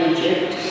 Egypt